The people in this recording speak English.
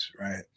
right